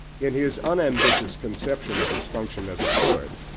in his unambitious conception of his function as a poet,